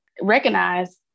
recognize